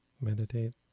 Meditate